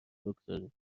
بگذاریم